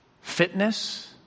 Fitness